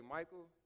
Michael